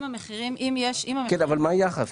כן, אבל מה היחס?